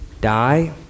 die